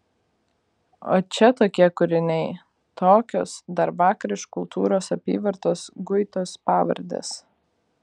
o čia tokie kūriniai tokios dar vakar iš kultūros apyvartos guitos pavardės